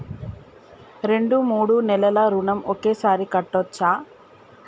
రెండు మూడు నెలల ఋణం ఒకేసారి కట్టచ్చా?